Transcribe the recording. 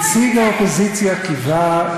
נציג האופוזיציה קיווה.